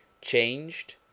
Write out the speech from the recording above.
changed